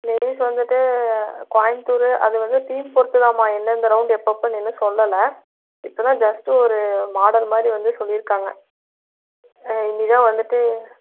place வந்துவிட்டு கோயம்புத்தூர் அது வந்து டீம் பொருத்து தான்ம்மா எந்தெந்த ரவுண்டு எப்போ எப்போன்னு இன்னும் சொல்லலை இப்போ தான் ஜஸ்ட் ஒரு மாடல் மாதிரி வந்து சொல்லியிருக்காங்க இனிதான் வந்துவிட்டு